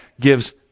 gives